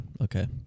Okay